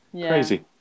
crazy